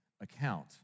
account